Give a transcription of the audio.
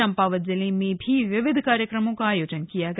चम्पावत जिले में भी विविध कार्यक्रमों का आयोजन किया गया